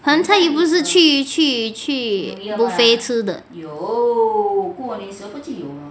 盆菜又不是去去去 buffet 吃的